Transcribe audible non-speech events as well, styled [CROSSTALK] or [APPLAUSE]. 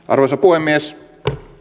[UNINTELLIGIBLE] arvoisa puhemies